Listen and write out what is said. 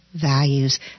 values